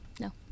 No